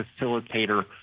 facilitator